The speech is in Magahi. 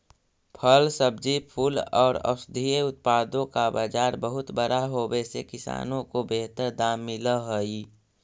फल, सब्जी, फूल और औषधीय उत्पादों का बाजार बहुत बड़ा होवे से किसानों को बेहतर दाम मिल हई